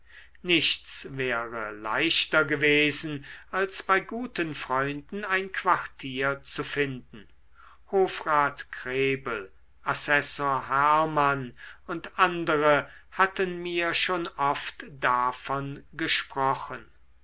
nichts wäre leichter gewesen als bei guten freunden ein quartier zu finden hofrat krebel assessor hermann und andere hatten mir schon oft davon gesprochen